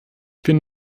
bin